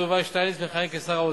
היועץ המשפטי לממשלה קיים חשש לניגוד